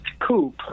Coupe